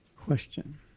Question